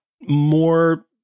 more